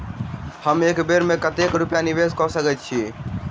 हम एक बेर मे कतेक रूपया निवेश कऽ सकैत छीयै?